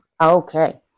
Okay